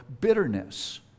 bitterness